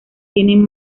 tienen